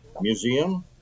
museum